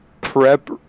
prep